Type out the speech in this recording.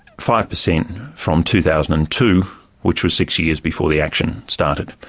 five percent from two thousand and two which was six years before the action started.